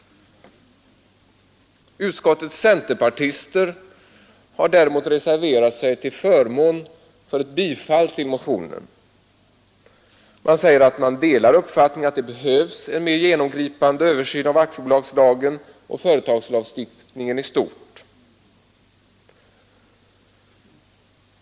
Utskottets centerpartister har däremot reserverat sig till förmån för ett bifall till motionen. Man säger sig dela uppfattningen att det behövs en mer genomgripande översyn av aktiebolagslagen och företagslagstiftningen i stort.